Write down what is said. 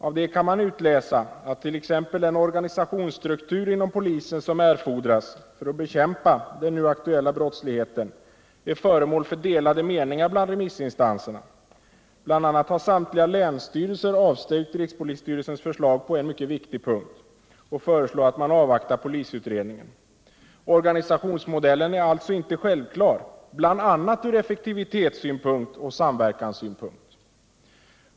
Av detta kan man t.ex. utläsa att remissinstanserna har delade meningar om den organisationstruktur inom polisen som erfordras för att bekämpa den nu aktuella brottsligheten. Bl. a. har samtliga länsstyrelser avstyrkt rikspolisstyrelsens förslag på en mycket viktig punkt och föreslår att man avvaktar polisutredningens resultat. Organisationsmodellen är alltså inte självklar exempelvis från effektivitetssynpunkt och samverkanssynpunkt.